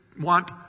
want